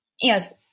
yes